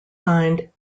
signed